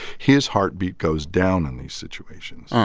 his heart beat goes down in these situations.